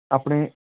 ਆਪਣੇ